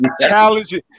Challenging